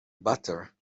butter